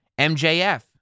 MJF